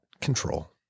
control